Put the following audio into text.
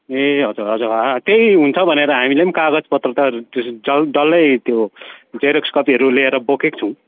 ए हजुर हजुर हा त्यही हुन्छ भनेर हामीले पनि कागज पत्र त डल्लै त्यो जेरक्स कपीहरू लिएर बोकेको छौँ